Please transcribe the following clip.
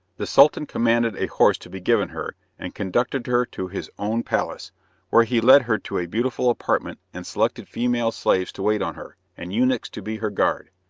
the sultan commanded a horse to be given her, and conducted her to his own palace where he led her to a beautiful apartment, and selected female slaves to wait on her, and eunuchs to be her guard.